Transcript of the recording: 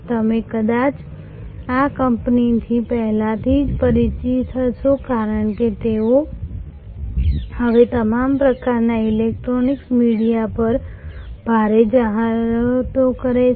તમે કદાચ આ કંપનીથી પહેલાથી જ પરિચિત હશો કારણ કે તેઓ હવે તમામ પ્રકારના ઇલેક્ટ્રોનિક મીડિયા પર ભારે જાહેરાતો કરે છે